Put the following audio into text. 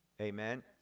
Amen